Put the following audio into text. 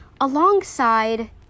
alongside